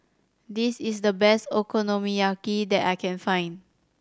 this is the best Okonomiyaki that I can find